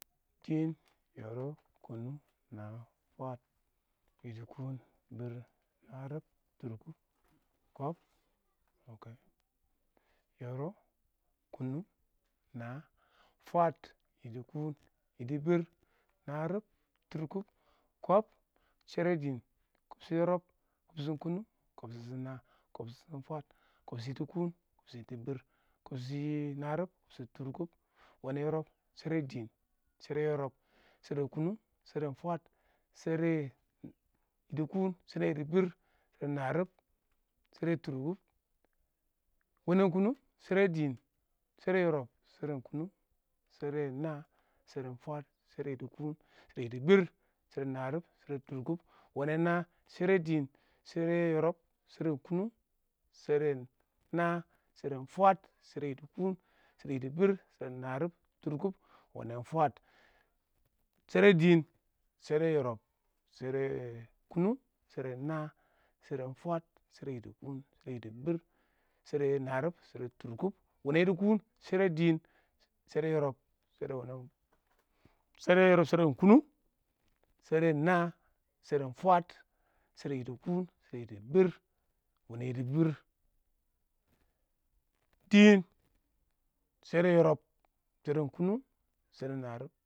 dɪɪn yɪrɪb, kʊnʊng, na fwaad yidi kwɛɛn bɪr narɪb tʊrkʊb kib yirsb, kʊnʊng iɪng na fwaad yidi kuun, yidi biir, harib, tuur kum, kib, sheri dɪɪn, ksb, shɪtɪn ysrsb ksb, sheri dɪɪn, ksb shɪtɪn yɪrɪb, ksb shitin kʊnʊng ksb shitin naa kib shitin kʊnʊng kib shitin naa kib shitin fwaad kibshiti yidi kuun ksb shɪtɪn yidi biir ksk shɪ narɪb ksb shɪtɪn tʊrkʊb wene yirub sheri diinshere yɪrɪb sheren kʊnʊng sheren fwaad sheren yidi kuuun shɪdo yidi biir shɪdo narɪb shɪdo tʊrkʊb wanen kʊnʊng shɪdo dɪɪn shɪdo yɪrɪb sharen kunnung sheran naa sheran fwaad shɪdo yidi kuuun yidi biir shɪdo narɪb sheran naa sheran fwaas shɪdo yidi kuun yidi biir shɪdo narɪb shɪdo tʊrkʊb wenan naa shɛrɛ dɪɪn shera yɪrɪb sheren kʊnʊng sharen naa sheren fwaad shara yidi kuun shɪdo yidi bɪr shara narɪb shɛrɛ tʊrkʊb wenan fwaadi shɪdo dɪɪn sheren naa sheren fwaadi shɛrɛ dɪɪn shɛrɛ yɪrɪb sheran kʊnʊng sheran haa sheran fwas sheran yidi kuun shɪdo yidi biir shɪdo nrib shɪdo tʊrkʊb wena yidi kuum shɪdo dɪɪn shɛrɛ yɪrɪb shera yidi kuun shɪdo dɪɪn shɛrɛ yɪrɪb shera wena shɛrɛ yɪrɪb sharan kʊnʊng sheran na'a shɛrɛ ɪn fwaad shɛrɛ yidi kuun shɛrɛ yidi bɪr shara narɪb, shara tʊrkʊb, wanɛ yidi biir, shɛrɛ dɪɪn shara yɪrɪb sheren kʊnʊng shɛrɛ iɪng nɛ